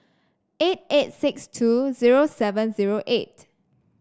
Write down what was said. eight eight six two zero seven zero eight